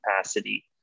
capacity